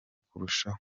kurushaho